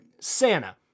Santa